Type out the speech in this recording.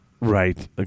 Right